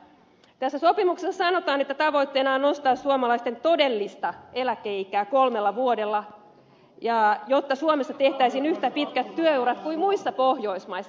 tässä sopimuksessa sanotaan että tavoitteena on nostaa suomalaisten todellista eläkeikää kolmella vuodella jotta suomessa tehtäisiin yhtä pitkät työurat kuin muissa pohjoismaissa